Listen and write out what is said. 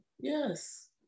yes